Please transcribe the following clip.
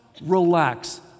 relax